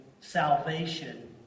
salvation